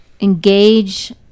engage